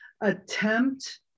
attempt